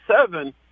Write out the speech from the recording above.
seven